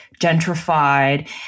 gentrified